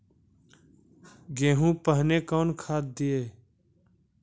गेहूँ पहने कौन खाद दिए?